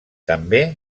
també